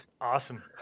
Awesome